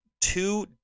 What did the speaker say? two